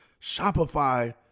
Shopify